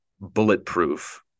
bulletproof